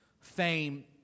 fame